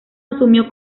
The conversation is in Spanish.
asumió